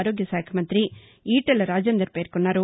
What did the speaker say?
ఆరోగ్యశాఖ మంతి ఈటెల రాజేందర్ పేర్కొన్నారు